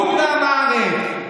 בור ועם הארץ.